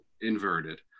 inverted